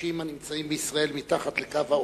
אנשים הנמצאים בישראל מתחת לקו העוני,